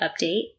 update